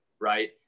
right